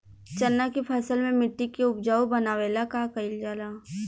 चन्ना के फसल में मिट्टी के उपजाऊ बनावे ला का कइल जाला?